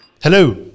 Hello